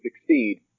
succeed